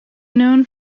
known